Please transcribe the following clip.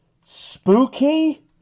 spooky